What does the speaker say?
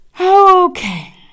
Okay